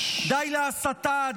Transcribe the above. די להסתה,